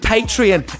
Patreon